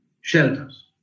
shelters